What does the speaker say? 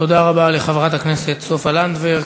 תודה רבה לחברת הכנסת סופה לנדבר.